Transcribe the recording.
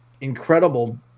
incredible